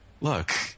Look